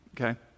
Okay